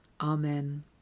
Amen